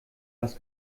was